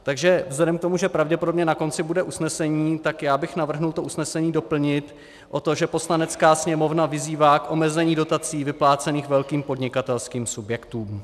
Takže vzhledem k tomu, že pravděpodobně na konci bude usnesení, tak já bych navrhl to usnesení doplnit o to, že Poslanecká sněmovna vyzývá k omezení dotací vyplácených velkým podnikatelským subjektům.